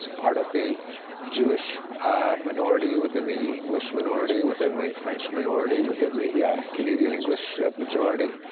part of the jewish minority within the english minority within the french minority within the yeah canadian-english majority.